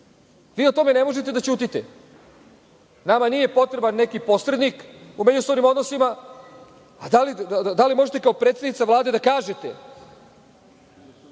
Vi o tome ne možete da ćutite. Nama nije potreban neki posrednik u međusobnim odnosima, a da li možete kao predsednica Vlade da kažete